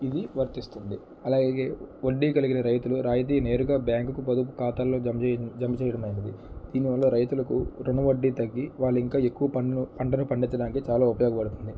ఇది వర్తిస్తుంది అలాగే వడ్డీ కలిగిన రైతులు రాయితీ నేరుగా బ్యాంకుకు పదు ఖాతాల్లో జమచే జమచేయడమయినది దీనివల్ల రైతులకు రుణ వడ్డీ తగ్గి వాళ్ళు ఇంకా ఎక్కువ పంటను పంటను పండించడానికి చాలా ఉపయోగపడుతుంది